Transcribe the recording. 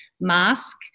mask